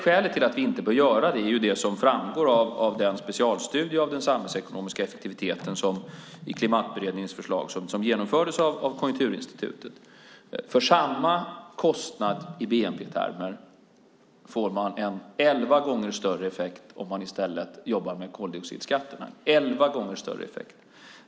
Skälet till att vi inte bör göra det är det som framgår av den specialstudie av den samhällsekonomiska effektiviteten i Klimatberedningens förslag som genomfördes av Konjunkturinstitutet. För samma kostnad i bnp-termer får man en elva gånger större effekt om man i stället jobbar med koldioxidskatterna.